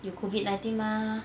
有 COVID nineteen mah